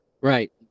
Right